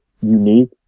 unique